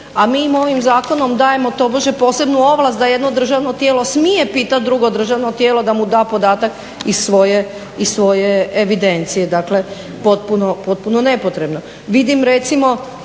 im ovim zakonom dajemo tobože posebnu ovlast da jedno državno tijelo smije pitati drugo državno tijelo da mu da podatak iz svoje evidencije. Dakle potpuno nepotrebno.